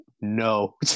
no